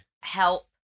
help